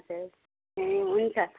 हजुर ए हुन्छ